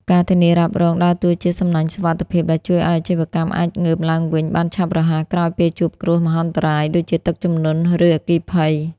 ការធានារ៉ាប់រងដើរតួជា "សំណាញ់សុវត្ថិភាព" ដែលជួយឱ្យអាជីវកម្មអាចងើបឡើងវិញបានឆាប់រហ័សក្រោយពេលជួបគ្រោះមហន្តរាយ ដូចជាទឹកជំនន់ ឬអគ្គិភ័យ។